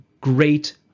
great